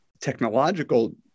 technological